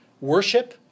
worship